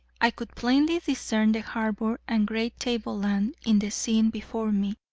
i could plainly discern the harbor and great tableland in the scene before me,